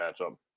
matchup